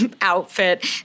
outfit